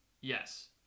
Yes